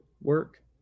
work